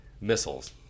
Missiles